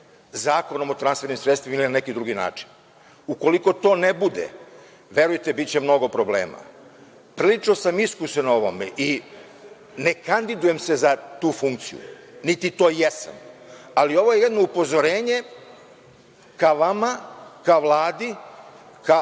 Zakonom o transfernim sredstvima ili neki drugi način. Ukoliko to ne bude, verujte biće mnogo problema. Prilično sam iskusan u ovome i ne kandidujem se za tu funkciju, niti to jesam, ali ovo je jedno upozorenje ka vama, ka Vladi, ka